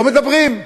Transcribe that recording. לא מדברים.